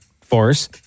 force